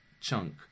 chunk